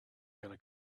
gonna